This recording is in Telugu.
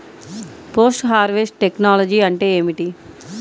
పోస్ట్ హార్వెస్ట్ టెక్నాలజీ అంటే ఏమిటి?